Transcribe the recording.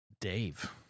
Dave